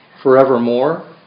forevermore